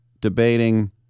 debating